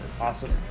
Awesome